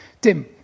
Tim